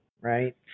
right